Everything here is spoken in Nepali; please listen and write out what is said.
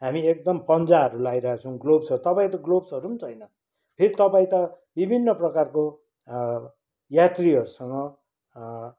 हामी एकदम पन्जाहरू लाइरहेका छौँ ग्लोभ छ तपाईँको त ग्लोभ्सहरू पनि छैन फेरि तपाईँ त विभिन्न प्रकारको यात्रीहरूसँग